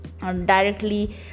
directly